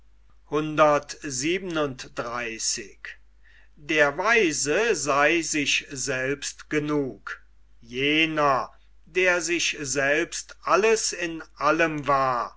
jener diogenes der sich selbst alles in allem war